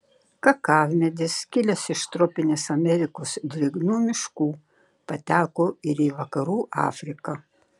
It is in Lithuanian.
kakavmedis kilęs iš tropinės amerikos drėgnų miškų pateko ir į vakarų afriką